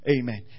Amen